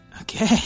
Okay